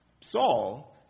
Saul